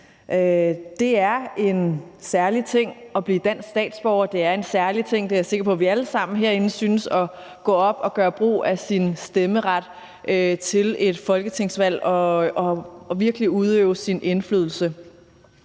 Det er en særlig ting at blive dansk statsborger, det er en særlig ting, og det er jeg sikker på vi alle sammen herinde synes, at gå op og gøre brug af sin stemmeret til et folketingsvalg og virkelig gøre sin indflydelse